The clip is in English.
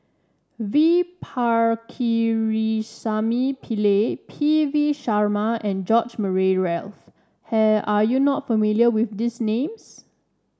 V Pakirisamy Pillai P V Sharma and George Murray Reith Are you not familiar with these names